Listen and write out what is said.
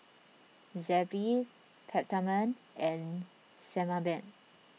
Zappy Peptamen and Sebamed